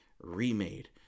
remade